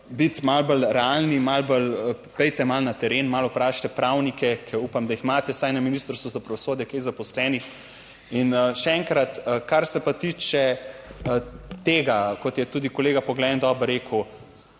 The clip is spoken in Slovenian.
biti malo bolj realni, malo bolj, pojdite malo na teren, malo vprašajte pravnike, ki upam, da jih imate vsaj na Ministrstvu za pravosodje, kaj zaposlenih. In še enkrat, kar se pa tiče tega, kot je tudi kolega Poglajen dobro rekel,